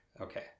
Okay